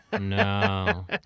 No